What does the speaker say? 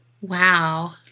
Wow